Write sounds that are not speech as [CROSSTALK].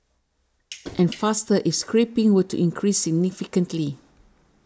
[NOISE] and faster if scrapping were to increase significantly